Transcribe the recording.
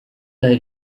hari